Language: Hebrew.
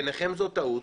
בעיניכם זו טעות.